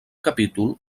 capítol